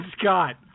Scott